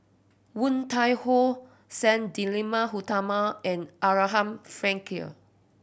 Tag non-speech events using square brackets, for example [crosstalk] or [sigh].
Woon Tai Ho Sang [unintelligible] Utama and Abraham Frankel